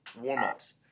warm-ups